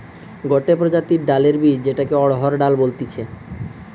গটে প্রজাতির ডালের বীজ যেটাকে অড়হর ডাল বলতিছে